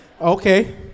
Okay